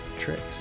tricks